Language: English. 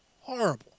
horrible